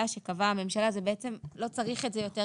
שקבעה הממשלה." לא צריך את זה יותר,